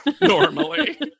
normally